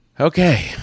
Okay